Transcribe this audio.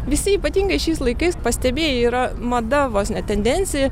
visi ypatingai šiais laikais pastebėjai yra mada vos ne tendencija